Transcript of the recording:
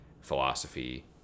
philosophy